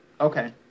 Okay